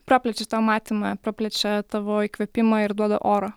praplečia tavo matymą praplečia tavo įkvėpimą ir duoda oro